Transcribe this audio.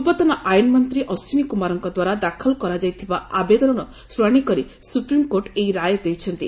ପୂର୍ବତନ ଆଇନମନ୍ତୀ ଅଶ୍ୱିନୀକୁମାରଙ୍କ ଦ୍ୱାରା ଦାଖଲ କରାଯାଇଥିବା ଆବେଦନର ଶ୍ରଶାଣି କର ସ୍ତପ୍ରିମକୋର୍ଟ ଏହି ରାୟ ଦେଇଛନ୍ତି